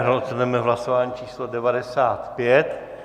Rozhodneme v hlasování číslo devadesát pět.